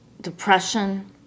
depression